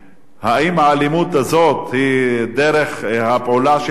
האם האלימות הזאת היא דרך הפעולה של המשטרה,